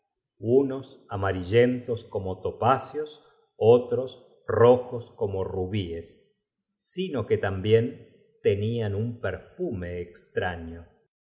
unos amarillentos como topacios andand o otros rojos como rubles sino que tambicn laría impulsa da al mismo tiempo por tenlan un perfume estraño